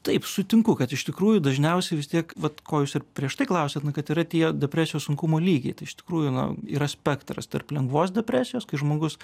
taip sutinku kad iš tikrųjų dažniausiai vis tiek vat ko jūs ir prieš tai klausėt na kad yra tie depresijos sunkumo lygiai tai iš tikrųjų na yra spektras tarp lengvos depresijos kai žmogus